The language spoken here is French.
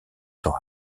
temps